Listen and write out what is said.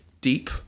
deep